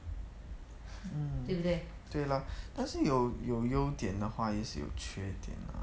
mm 对 lor 但是有有优点的话也是有缺点 lah